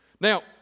Now